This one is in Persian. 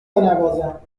بنوازم